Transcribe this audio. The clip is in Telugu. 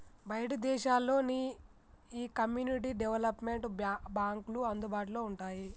బయటి దేశాల్లో నీ ఈ కమ్యూనిటీ డెవలప్మెంట్ బాంక్లు అందుబాటులో వుంటాయి